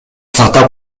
сактап